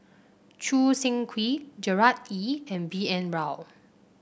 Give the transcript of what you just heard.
Choo Seng Quee Gerard Ee and B N Rao